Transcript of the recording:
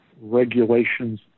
regulations